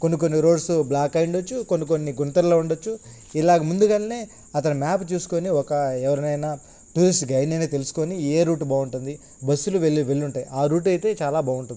కొన్ని కొన్ని roads block అయ్యిండొచ్చు కొన్ని కొన్ని గుంతల్లో ఉండొచ్చు ఇలాగా ముందుగానే అతను మ్యాప్ చూసుకుని ఒక ఎవరినైనా టూరిస్ట్ గైడ్నైనా తెలుసుకుని ఏ రూట్ బాగుంటుంది బస్సులు వెళ్ళే వెళ్ళుంటాయి ఆ రూట్ అయితే చాలా బాగుంటుంది